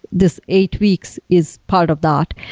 this eight weeks is part of that.